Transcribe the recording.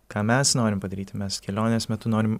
ką mes norim padaryti mes kelionės metu norim